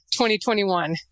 2021